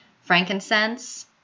frankincense